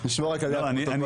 נשמור על כללי הפרוטוקול.